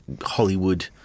Hollywood